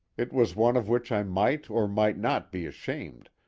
it was one of which i might or might not be ashamed,